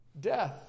Death